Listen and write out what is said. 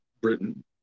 Britain